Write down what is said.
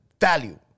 value